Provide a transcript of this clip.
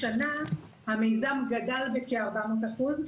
השנה המיזם גדל בכ-400%,